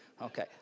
Okay